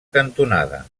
cantonada